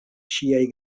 ŝiaj